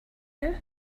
you